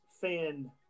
fan